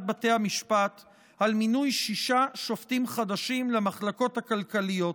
בתי המשפט על מינוי שישה שופטים חדשים למחלקות הכלכליות.